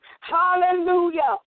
Hallelujah